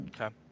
okay